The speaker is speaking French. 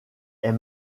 est